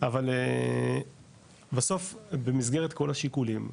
אבל בסוף, במסגרת כל השיקולים,